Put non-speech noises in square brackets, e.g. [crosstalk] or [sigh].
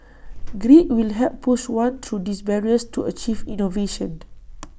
[noise] grit will help push one through these barriers to achieve innovation [noise]